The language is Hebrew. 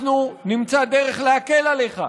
אנחנו נמצא דרך להקל עליך,